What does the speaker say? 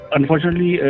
Unfortunately